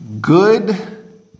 Good